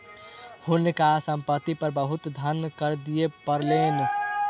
हुनका संपत्ति पर बहुत धन कर दिअ पड़लैन